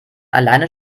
alleine